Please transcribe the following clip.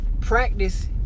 practice